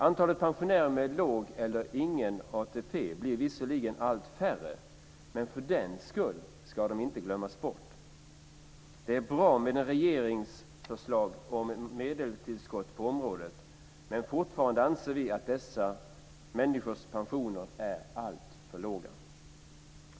Antalet pensionärer med låg eller ingen ATP blir visserligen allt mindre, men för den skull ska de inte glömmas bort. Det är bra med regeringens förslag om medeltillskott på området, men fortfarande anser vi att dessa människors pensioner är alltför låga.